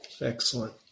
Excellent